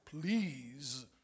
Please